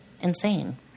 insane